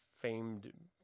famed